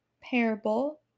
parable